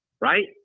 right